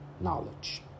knowledge